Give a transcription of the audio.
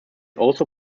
also